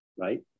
right